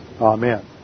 Amen